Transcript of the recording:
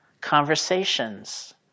conversations